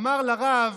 ואמר לרב: